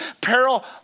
peril